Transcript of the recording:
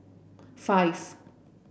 five